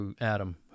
Adam